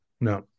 no